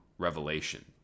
revelation